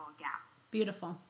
Beautiful